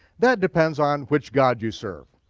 that depends on which god you serve,